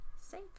safe